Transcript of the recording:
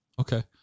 Okay